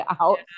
out